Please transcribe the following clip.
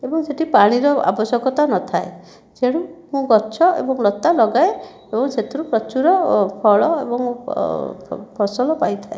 ଏବଂ ସେଠି ପାଣିର ଆବଶ୍ୟକତା ନଥାଏ ତେଣୁ ମୁଁ ଗଛ ଏବଂ ଲତା ଲଗାଏ ଏବଂ ସେଥିରୁ ପ୍ରଚୁର ଫଳ ଏବଂ ଫସଲ ପାଇଥାଏ